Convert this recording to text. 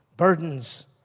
Burdens